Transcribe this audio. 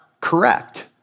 correct